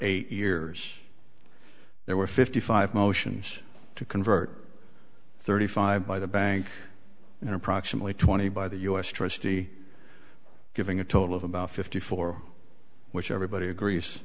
eight years there were fifty five motions to convert thirty five by the bank and approximately twenty by the us trustee giving a total of about fifty four which everybody agrees